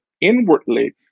inwardly